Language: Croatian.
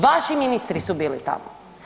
Vaši ministri su bili tamo.